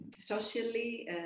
socially